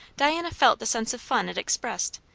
diana felt the sense of fun it expressed,